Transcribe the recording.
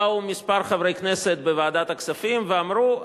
באו כמה חברי כנסת בוועדת הכספים ואמרו: